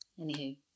Anywho